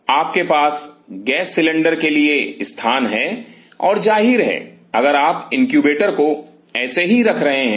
आपके पास gas cylinder के लिए स्थान है और जाहिर है अगर आप इनक्यूबेटर को ऐसे ही रख रहे हैं